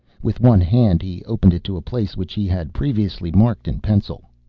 with one hand he opened it to a place which he had previously marked in pencil.